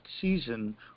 season